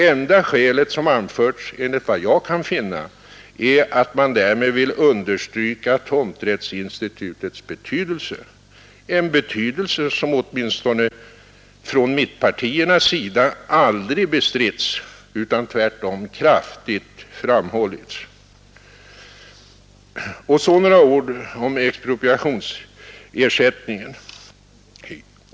Enda skälet, som anförts är, enligt vad jag kan finna, att man därmed vill understryka tomträttsinstitutets betydel se, en betydelse, som åtminstone från mittenpartiernas sida aldrig bestritts utan tvärtom kraftigt framhållits. Och så några ord om expropriationsersättningen.